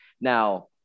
Now